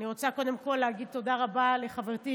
אני רוצה קודם כול להגיד תודה רבה לחברתי